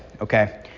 okay